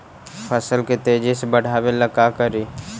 फसल के तेजी से बढ़ाबे ला का करि?